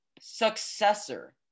Successor